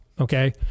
Okay